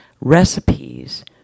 recipes